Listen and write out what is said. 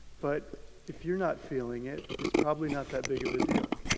but if you're not feeling it, it's probably not that big of a deal.